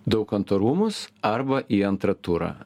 daukanto rūmus arba į antrą turą